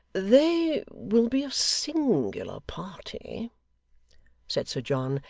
they will be a singular party said sir john,